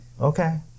Okay